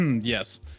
yes